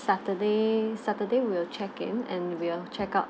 saturday saturday we will check in and we'll check out